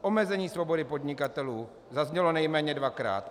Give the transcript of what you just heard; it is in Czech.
Omezení svobody podnikatelů zaznělo nejméně dvakrát.